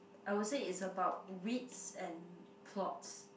I would say it's about wits and plots